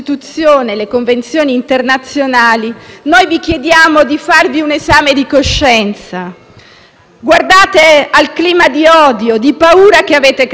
guardare al clima di odio e di paura che avete creato nel Paese. Purtroppo lo vediamo drammaticamente nella cronaca quotidiana.